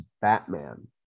Batman